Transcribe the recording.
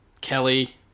Kelly